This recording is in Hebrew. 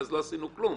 אז לא עשינו כלום.